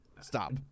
Stop